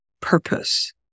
purpose